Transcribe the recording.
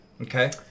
Okay